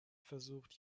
versucht